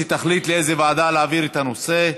שתחליט לאיזו ועדה להעביר את הנושא.